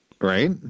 Right